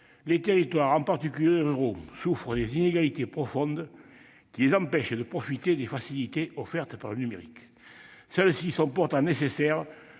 Les territoires, en particulier ruraux, souffrent d'inégalités profondes qui les empêchent de profiter des facilités offertes par le numérique. Celles-ci sont pourtant nécessaires